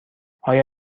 آیا